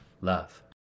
love